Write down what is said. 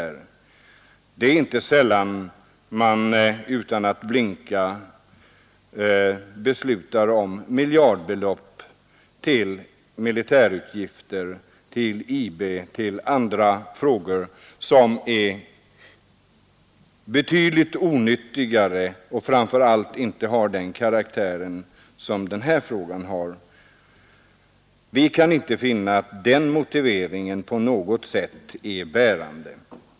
Det är inte sällan man utan att blinka beslutar om miljardbelopp till militära utgifter, till IB och till andra ändamål som är betydligt onyttigare och framför allt av en helt annan karaktär än denna fråga. Vi kan inte finna att den motiveringen på något sätt är bärande.